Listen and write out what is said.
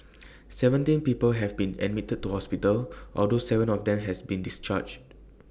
seventeen people have been admitted to hospital although Seven of them have been discharged